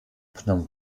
phnom